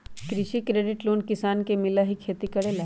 कृषि credit loan किसान के मिलहई खेती करेला?